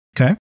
Okay